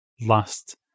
last